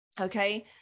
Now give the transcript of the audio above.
Okay